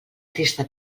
trista